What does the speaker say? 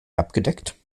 abgedeckt